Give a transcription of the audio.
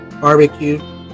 Barbecue